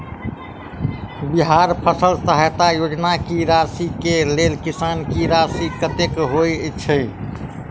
बिहार फसल सहायता योजना की राशि केँ लेल किसान की राशि कतेक होए छै?